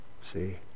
see